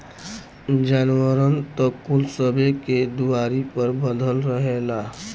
जानवरन त कुल सबे के दुआरी पर बँधल रहेला